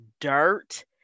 dirt